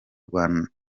rwa